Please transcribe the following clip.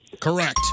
Correct